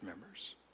members